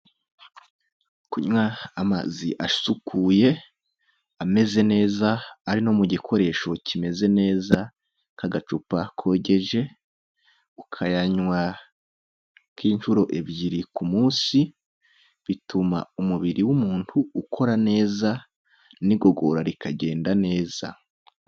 Kunywa amazi asukuye, ameze neza, ari no mu gikoresho kimeze neza nk'agacupa kogeje, ukayanywa nk'inshuro ebyiri ku munsi, bituma umubiri w'umuntu ukora neza n'igogora rikagenda neza.